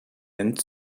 nennt